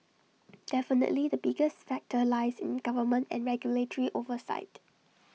definitely the biggest factor lies in government and regulatory oversight